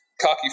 cocky